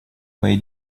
моей